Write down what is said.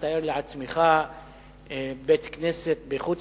תאר לעצמך בית-כנסת בחו"ל,